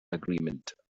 agreement